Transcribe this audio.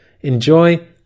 Enjoy